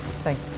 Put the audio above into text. Thank